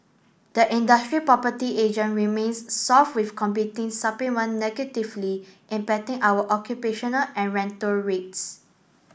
the industrial property agent remains soft with competing supplement negatively impacting our occupational and rental rates